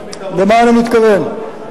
אני מאוד מודה לך.